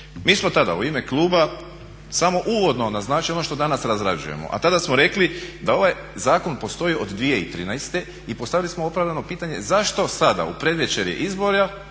Mi smo tada u ime kluba samo uvodno naznačili ono što danas razrađujemo, a tada smo rekli da ovaj zakon postoji od 2013. i postavili smo opravdano pitanje zašto sada u predvečerje izbora,